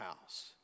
house